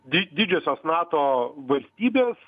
di didžiosios nato valstybės